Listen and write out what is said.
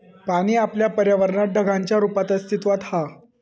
पाणी आपल्या पर्यावरणात ढगांच्या रुपात अस्तित्त्वात हा